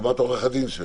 הסכמת עורך הדין שלו.